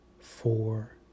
four